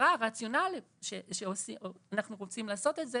הרציונל שאנחנו רוצים לעשות זה,